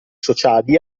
sociali